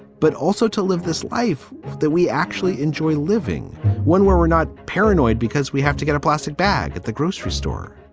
but also to live this life that we actually enjoy living when we're we're not paranoid because we have to get a plastic bag at the grocery store